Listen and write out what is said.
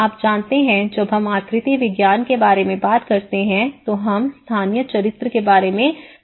आप जानते हैं जब हम आकृति विज्ञान के बारे में बात करते हैं तो हम स्थानिक चरित्र के बारे में बात करते हैं